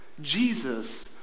Jesus